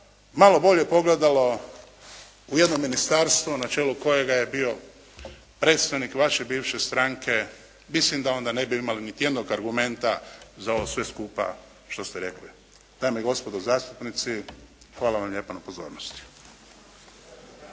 malo bolje pogledalo u jedno ministarstvo na čelu kojega je bio predstavnik vaše bivše stranke, mislim da onda ne bi imali niti jednog argumenta za ovo sve skupa što ste rekli. Dame i gospodo zastupnici, hvala vam lijepa na pozornosti.